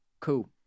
Cool